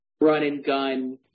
run-and-gun